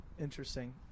Interesting